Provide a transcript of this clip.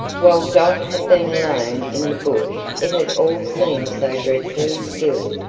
while dot had been alone in the bush it had all seemed so dreadfully still.